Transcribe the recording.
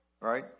right